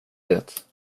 det